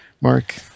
Mark